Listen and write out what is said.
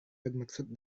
bermaksud